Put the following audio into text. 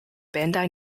bandai